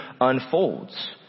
unfolds